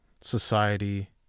society